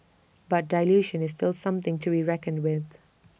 but dilution is still something to reckoned with